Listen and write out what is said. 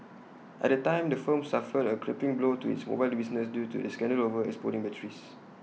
at the time the firm suffered A crippling blow to its mobile business due to the scandal over exploding batteries